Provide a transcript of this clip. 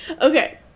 okay